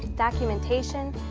documentation,